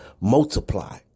multiply